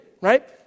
right